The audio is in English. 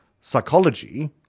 psychology